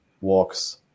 walks